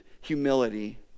humility